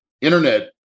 internet